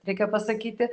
reikia pasakyti